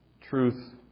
Truth